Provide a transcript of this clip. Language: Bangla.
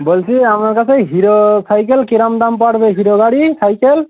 বলছি আপনার কাছে হিরো সাইকেল কীরকম দাম পড়বে হিরো গাড়ি সাইকেল